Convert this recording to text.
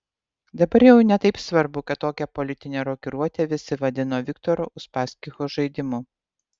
dabar jau ne taip svarbu kad tokią politinę rokiruotę visi vadino viktoro uspaskicho žaidimu